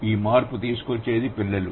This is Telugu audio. ఈ మార్పు తీసుకువచ్చేది పిల్లలు